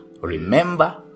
remember